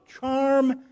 charm